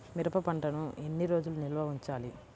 మిరప పంటను ఎన్ని రోజులు నిల్వ ఉంచాలి?